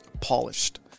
polished